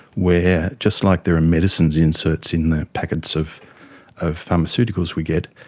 where, just like there are medicines inserts in the packets of of pharmaceuticals we get,